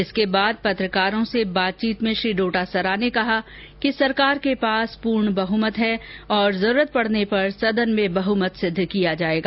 इसके बाद पत्रकारों से बातचीत में श्री डोटासरा ने कहा कि सरकार के पास पूर्ण बहुमत है और जरूरत पड़ने पर सदन में बहुमत सिद्ध किया जायेगा